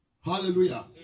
Hallelujah